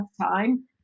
time